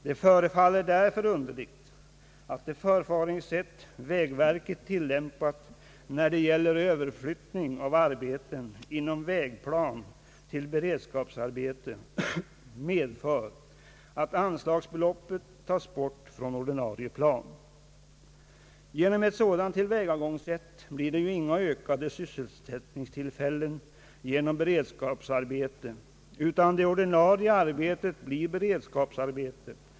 Det förefaller därför underligt att det förfaringssätt vägverket har tillämpat när det gäller överflyttning av arbeten inom vägplan till beredskapsarbete medför att anslagsbelopp tas bort från ordinarie plan. Genom ett sådant tillvägagångssätt blir det ju inga ökade sysselsättningstillfällen genom beredskapsarbete, utan det ordinarie arbetet blir beredskapsarbete.